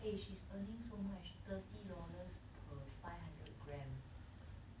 the eh she's earning so much thirty dollars per five hundred gram